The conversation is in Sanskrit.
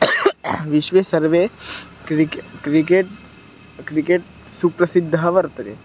विश्वे सर्वे क्रिक् क्रिकेट् क्रिकेट् सुप्रसिद्धः वर्तते